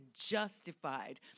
justified